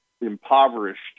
impoverished